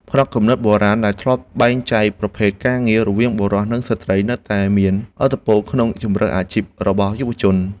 ផ្នត់គំនិតបុរាណដែលធ្លាប់បែងចែកប្រភេទការងាររវាងបុរស និងស្ត្រីនៅតែមានឥទ្ធិពលក្នុងជម្រើសអាជីពរបស់យុវជន។